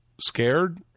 scared